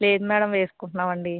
లేదు మేడం వేసుకుంట్నామండి